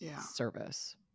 service